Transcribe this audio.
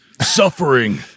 suffering